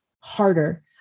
harder